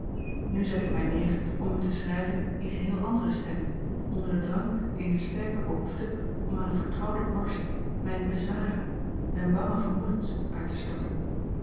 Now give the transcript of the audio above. nu zet ik mij neer om u te schrijven in geheel andere stemming onder den drang eener sterke behoefte om aan eene vertrouwde borst mijne bezwaren mijne bange vermoedens uit te storten